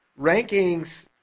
rankings